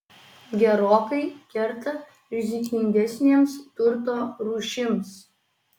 gerokai kerta rizikingesnėms turto rūšims